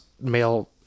male